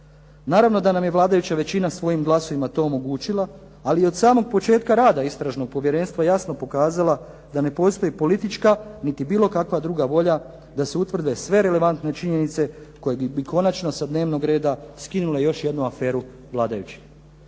Naravno da nam je vladajuća većina svojim glasovima to omogućila, ali od samog početka rada Istražnog povjerenstva je jasno pokazala da ne postoji politička niti bilo kakva druga volja da se utvrde sve relevantne činjenice koje bi konačno sa dnevnog reda skinule još jednu aferu vladajućih.